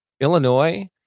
Illinois